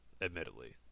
admittedly